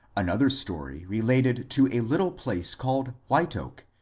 another story related to a little place called white oak,